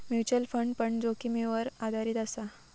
mutual fund पण जोखीमीवर आधारीत असा